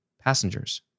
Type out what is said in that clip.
passengers